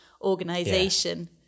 organization